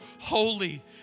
holy